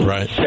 Right